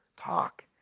Talk